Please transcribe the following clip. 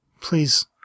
please